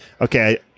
Okay